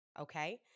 Okay